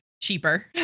cheaper